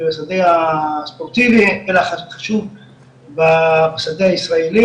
השדה הספורטיבי אלא חשוב בשדה הישראלי,